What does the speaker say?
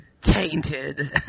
tainted